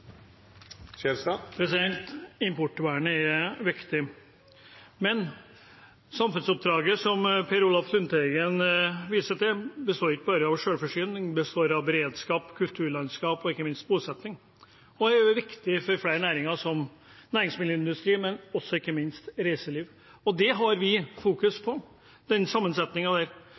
Skjelstad har hatt ordet to gonger tidlegare og får ordet til ein kort merknad, avgrensa til 1 minutt. Importvernet er viktig, men samfunnsoppdraget – som Per Olaf Lundteigen viste til – består ikke bare av selvforsyning. Det består av beredskap, kulturlandskap og ikke minst bosetting og er også viktig for flere næringer, som næringsmiddelindustrien, men ikke minst